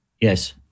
yes